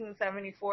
1974